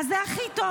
אז זה הכי טוב.